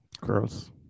Gross